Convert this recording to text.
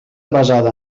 basada